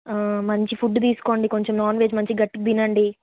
మంచి ఫుడ్ తీసుకోండి కొంచెం నాన్ వెజ్ మంచిగా గట్టిగా తినండి